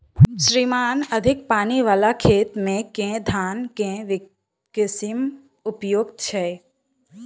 श्रीमान अधिक पानि वला खेत मे केँ धान केँ किसिम उपयुक्त छैय?